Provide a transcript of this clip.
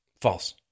False